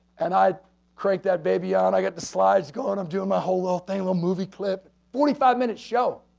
and i create that baby ah and i get the slides go on and um do my whole little thing, little movie clip. forty five minutes show,